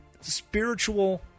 spiritual